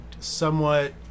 somewhat